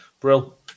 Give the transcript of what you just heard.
Brill